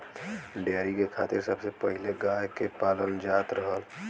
dairy के खातिर सबसे पहिले गाय के पालल जात रहल